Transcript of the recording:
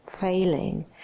failing